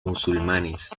musulmanes